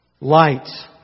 Lights